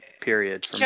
period